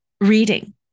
reading